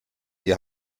ihr